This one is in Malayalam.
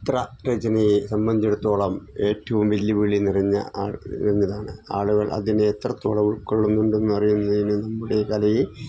ചിത്ര രചനയെ സംബന്ധിച്ചിടത്തോളം ഏറ്റവും വെല്ലുവിളി നിറഞ്ഞ ആ നിറഞ്ഞതാണ് ആളുകൾ അതിനെ എത്രത്തോളം ഉൾക്കൊള്ളുന്നുണ്ടെന്നറിയുന്നതിനു നമ്മുടെ കലയില്